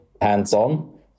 hands-on